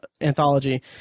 Anthology